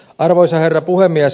arvoisa herra puhemies